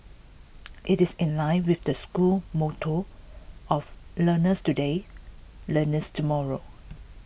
it is in line with the school motto of learners today learners tomorrow